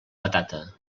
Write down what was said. patata